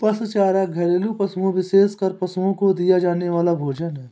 पशु चारा घरेलू पशुओं, विशेषकर पशुओं को दिया जाने वाला भोजन है